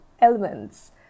elements